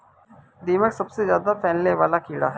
दीमक सबसे ज्यादा फैलने वाला कीड़ा है